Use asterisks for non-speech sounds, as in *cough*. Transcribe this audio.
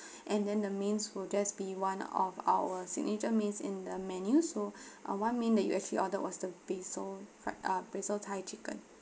*breath* and then the mains will just be one of our signature mains in the menu so *breath* uh one main that you actually ordered was the basil fried uh basil thai chicken